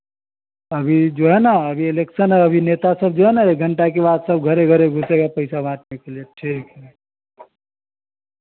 अभी जो है न अभी इलेक्सन है अभी नेता सब जो है एक घंटा के बाद सब घरे घरे घूसेगा पैसा बाँटने के लिए ठीक है